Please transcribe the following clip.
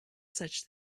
such